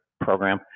Program